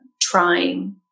trying